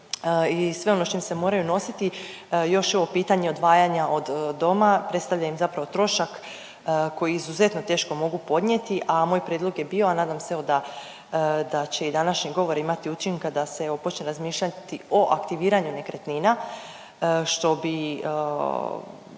i sve ono s čim se moraju nositi još je ovo pitanje odvajanja od doma predstavlja im zapravo trošak koji izuzetno teško mogu podnijeti, a moj prijedlog je bio, a nadam se evo da, da će i današnji govor imati učinka da se evo počne razmišljati o aktiviranju nekretnina što bi